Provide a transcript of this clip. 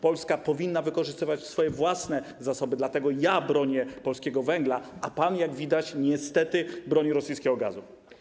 Polska powinna wykorzystywać swoje własne zasoby, dlatego ja bronię polskiego węgla, a pan, jak widać, niestety broni rosyjskiego gazu.